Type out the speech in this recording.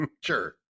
Sure